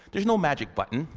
there's no magic button.